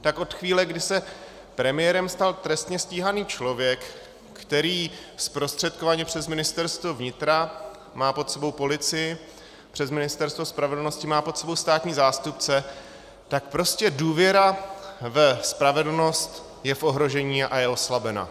tak od chvíle, kdy se premiérem stal trestně stíhaný člověk, který zprostředkovaně přes Ministerstvo vnitra má pod sebou policii, přes Ministerstvo spravedlnosti má pod sebou státní zástupce, tak prostě důvěra ve spravedlnost je v ohrožení a je oslabena.